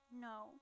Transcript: no